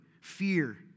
fear